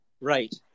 Right